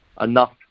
enough